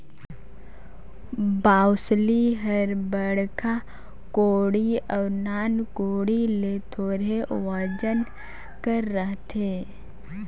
बउसली हर बड़खा कोड़ी अउ नान कोड़ी ले थोरहे ओजन कर रहथे